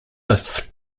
lifts